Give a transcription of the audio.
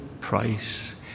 price